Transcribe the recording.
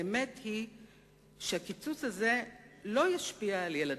האמת היא שהקיצוץ הזה לא ישפיע על ילדי,